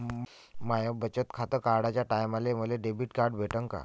माय बचत खातं काढाच्या टायमाले मले डेबिट कार्ड भेटन का?